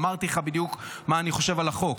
אמרתי לך בדיוק מה אני חושב על החוק.